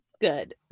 Good